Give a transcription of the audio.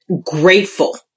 grateful